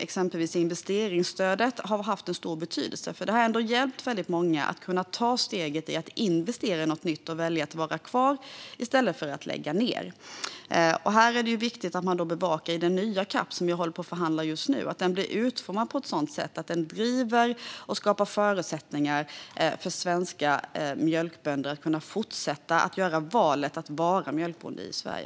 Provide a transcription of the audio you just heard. Exempelvis investeringsstödet har haft stor betydelse. Det har hjälpt väldigt många att ta steget att investera i något nytt och välja att vara kvar i stället för att lägga ned. Det är viktigt att bevaka detta i den nya CAP:en, som vi håller på att förhandla om just nu. Den behöver utformas på ett sådant sätt att den driver och skapar förutsättningar för svenska mjölkbönder att kunna fortsätta göra valet att vara mjölkbonde i Sverige.